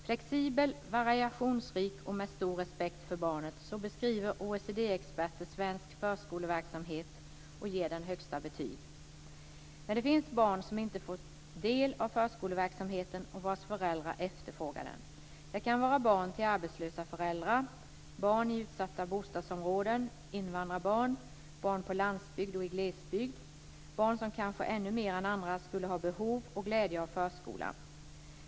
"Flexibel, variationsrik och med stor respekt för barnet" - så beskriver OECD experter svensk förskoleverksamhet och ger den högsta betyg. Men det finns barn som inte får del av förskoleverksamheten och vars föräldrar efterfrågar den. Det kan vara barn till arbetslösa föräldrar, barn i utsatta bostadsområden, invandrarbarn, barn på landsbygd och i glesbygd - barn som kanske ännu mer än andra skulle ha behov och glädje av förskolan.